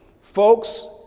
Folks